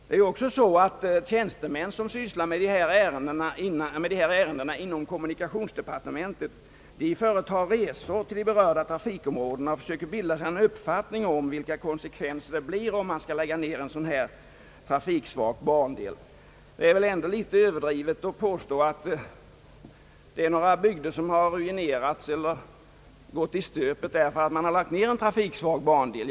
Vidare företar tjänstemän, som sysslar med sådana ärenden inom kommunikationsdepartementet, resor till de berörda trafikområdena och söker bilda sig en uppfattning om konsekvenserna av att en trafiksvag bandel läggs ned. Det är väl ändå överdrivet att påstå att några bygder skulle ha ruinerats eller företagsamheten där gått i stöpet på grund av att en trafiksvag bandel lagts ned.